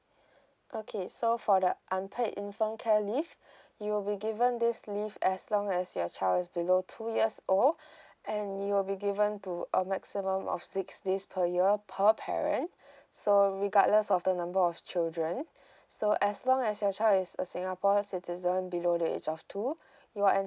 okay so for the unpaid infant care leave you will be given this leave as long as your child is below two years old and you will be given to a maximum of six days per year per parent so regardless of the number of children so as long as your child is a singapore citizen below the age of two you are en~